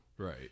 Right